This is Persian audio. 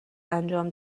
انجام